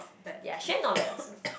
ya Xuan not bad also